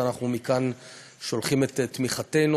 ואנחנו מכאן שולחים את תמיכתנו.